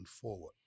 forward